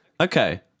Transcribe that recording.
okay